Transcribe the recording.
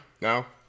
No